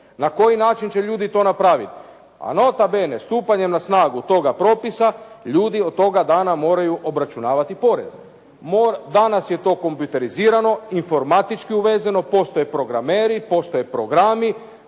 Na koji način će ljudi to napraviti? A nota bene, stupanje na snagu toga propisa, ljudi od toga dana moraju obračunavati porez. Danas je to kompjuterizirano, informatički uvezeno, postoje programeri, postoje programi,